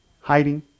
hiding